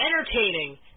entertaining